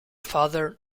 father